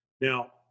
now